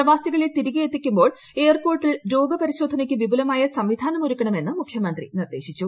പ്രവാസികളെ തിരികെ എത്തിക്കുമ്പോൾ എയർപോർട്ടിൽ രോഗപരിശോധനയ്ക്ക് വിപുലമായ സംവിധാനം ഒരുക്കണമെന്നും മുഖ്യമന്ത്രി നിർദ്ദേശിച്ചു